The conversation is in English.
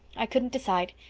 i couldn't decide.